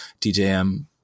DJM